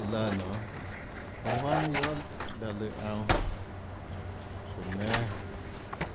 Iã laã nionê jonã juanhà jnanà guiohà láhã lùã aunå guióå nénâ